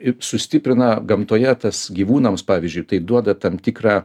ir sustiprina gamtoje tas gyvūnams pavyzdžiui tai duoda tam tikrą